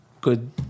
good